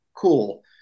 cool